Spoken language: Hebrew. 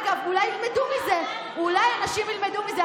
אגב, אולי ילמדו מזה, אולי אנשים ילמדו מזה.